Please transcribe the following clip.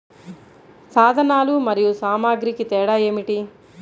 సాధనాలు మరియు సామాగ్రికి తేడా ఏమిటి?